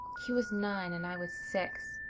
he was nine and i was six.